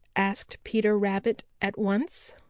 asked peter rabbit at once.